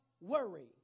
worry